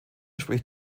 spricht